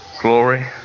Glory